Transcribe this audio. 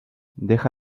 deja